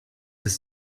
ist